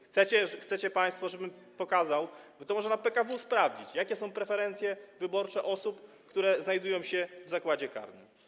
Chcecie państwo, żebym pokazał, to można w PKW sprawdzić, jakie są preferencje wyborcze osób, które znajdują się w zakładzie karnym?